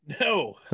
No